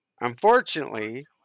Unfortunately